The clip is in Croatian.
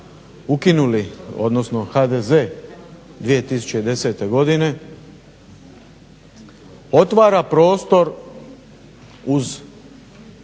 ukinuli odnosno HDZ 2010. godine, otvara prostor uz